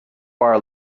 bar